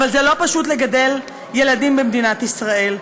אבל זה לא פשוט לגדל ילדים במדינת ישראל.